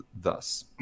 thus